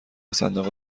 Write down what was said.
صندوق